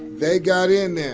they got in there.